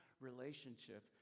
relationship